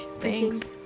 Thanks